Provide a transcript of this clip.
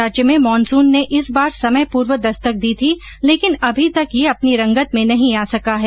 राज्य में मानसुन ने इस बार समय पूर्व दस्तक दी थी लेकिन अभी तक ये अपनी रंगत में नहीं आ सका है